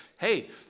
Hey